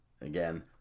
Again